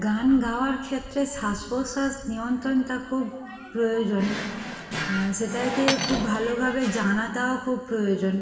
গান গাওয়ার ক্ষেত্রে শ্বাস প্রশ্বাস নিয়ন্ত্রণটা খুব প্রয়োজন সেটাকে খুব ভালোভাবে জানাটাও খুব প্রয়োজন